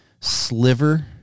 sliver